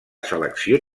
selecció